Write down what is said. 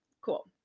Cool